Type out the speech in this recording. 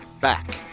back